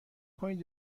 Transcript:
کنید